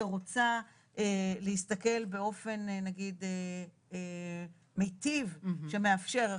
שרוצה להסתכל באופן נגיד מיטיב, שמאפשר.